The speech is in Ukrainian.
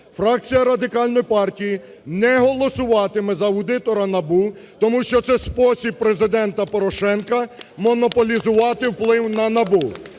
фракція Радикальної партії не голосуватиме за аудитора НАБУ, тому що це спосіб Президента Порошенка монополізувати вплив на НАБУ.